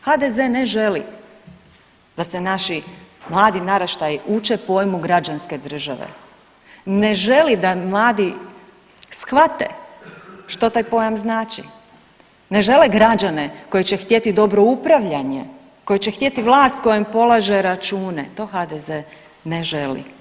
HDZ ne želi da se naši mladi naraštaji uče pojmu građanske države, ne želi da mladi shvate što taj pojam znače, ne žele građane koji će htjeti dobro upravljanje, koji će htjeti vlast kojom polaže račune, to HDZ ne želi.